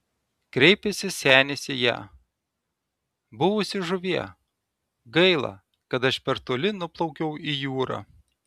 kreipėsi senis į ją buvusi žuvie gaila kad aš per toli nuplaukiau į jūrą